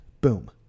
Boom